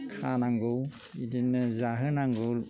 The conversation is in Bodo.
खानांगौ बिदिनो जाहोनांगौ